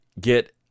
get